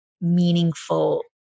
meaningful